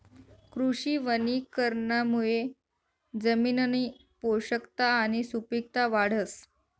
कृषी वनीकरणमुये जमिननी पोषकता आणि सुपिकता वाढस